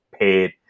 paid